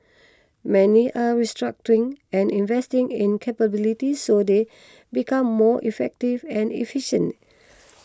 many are restructuring and investing in capabilities so they become more effective and efficient